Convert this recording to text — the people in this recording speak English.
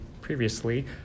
previously